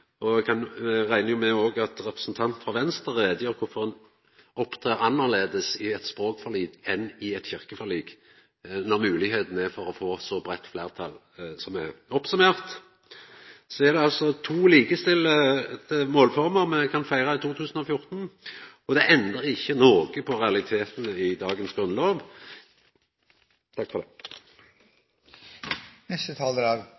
om dette. Eg reknar òg med at representanten frå Venstre gjer greie for kvifor ein opptrer annleis i eit språkforlik enn i eit kyrkjeforlik, når det er moglegheit for å få eit så breitt fleirtal, slik det er oppsummert. Så er det altså to likestilte målformer me kan feira i 2014, og det endrar ikkje noko på realitetane i dagens grunnlov.